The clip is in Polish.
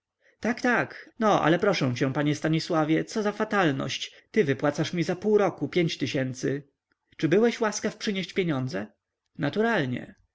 tak tak no ale proszę cię panie stanisławie co za fatalność ty wypłacasz mi za pół roku pięć tysięcy czy byłeś łaskaw przynieść pieniądze naturalnie